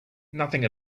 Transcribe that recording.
nothing